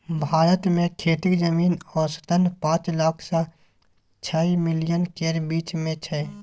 भारत मे खेतीक जमीन औसतन पाँच लाख सँ छअ मिलियन केर बीच मे छै